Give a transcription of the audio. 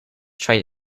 try